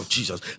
Jesus